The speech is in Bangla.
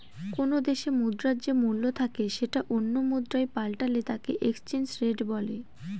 কোনো দেশে মুদ্রার যে মূল্য থাকে সেটা অন্য মুদ্রায় পাল্টালে তাকে এক্সচেঞ্জ রেট বলে